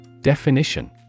Definition